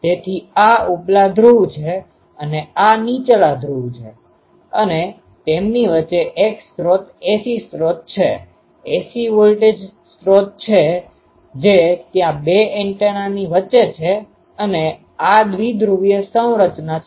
તેથી આ ઉપલા ધ્રુવ છે અને આ નીચલા ધ્રુવ છે અને તેમની વચ્ચે એક સ્ત્રોત AC સ્રોત છે AC વોલ્ટેજ સ્રોત છે જે ત્યાં બે એન્ટેનાની વચ્ચે છે અને આ દ્વિધ્રુવીય સંરચના છે